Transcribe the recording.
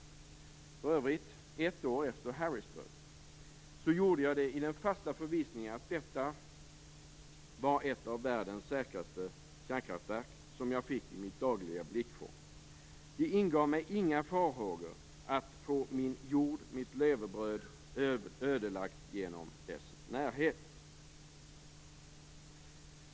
Det var för övrigt ett år efter Harrisburg. Jag gjorde det i den fasta förvissningen att det var ett av världens säkraste kärnkraftverk som jag fick i mitt dagliga blickfång. Det ingav mig inga farhågor att få min jord, mitt levebröd, ödelagt genom dess närhet.